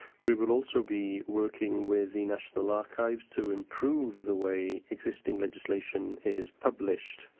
we will also be working with the national archives to improve the way existing legislation is published,